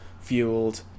fueled